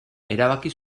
erabaki